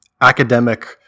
academic